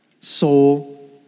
soul